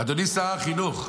אדוני שר החינוך,